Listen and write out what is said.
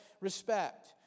respect